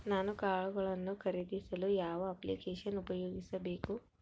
ನಾನು ಕಾಳುಗಳನ್ನು ಖರೇದಿಸಲು ಯಾವ ಅಪ್ಲಿಕೇಶನ್ ಉಪಯೋಗಿಸಬೇಕು?